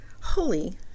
holy